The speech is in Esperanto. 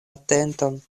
atenton